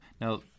Now